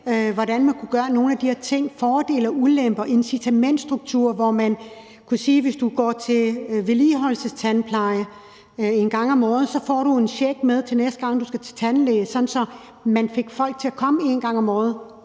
hvordan man kunne gøre nogle af de her ting, om fordele og ulemper, incitamentstruktur, hvor man kunne sige, at hvis du går til vedligeholdelsestandpleje en gang om året, får du en check med, til næste gang du skal til tandlæge, sådan at man fik folk til at komme en gang om året